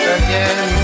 again